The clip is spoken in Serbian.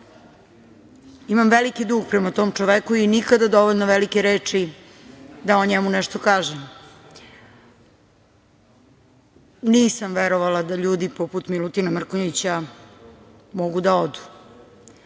imam veliki dug prema tom čoveku i nikada dovoljno velike reči da o njemu nešto kažem. Nisam verovala da ljudi poput Milutina Mrkonjića mogu da odu